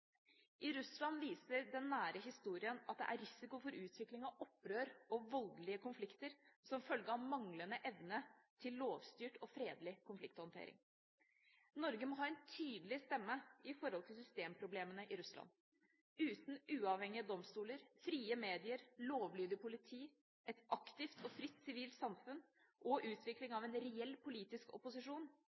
I Russland viser den nære historien at det er en risiko for utvikling av opprør og voldelige konflikter som følge av manglende evne til lovstyrt og fredelig konflikthåndtering. Norge må ha en tydelig stemme når det gjelder systemproblemene i Russland. Uten uavhengige domstoler, frie medier, lovlydig politi, et aktivt og fritt sivilt samfunn og utvikling av en reell politisk opposisjon